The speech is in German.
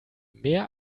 mehr